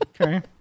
Okay